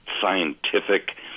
scientific